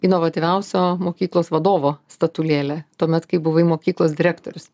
inovatyviausio mokyklos vadovo statulėlę tuomet kai buvai mokyklos direktorius